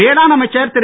வேளாண் அமைச்சர் திரு